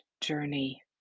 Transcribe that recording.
journey